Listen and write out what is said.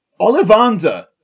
Ollivander